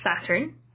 Saturn